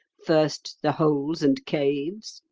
first the holes and caves,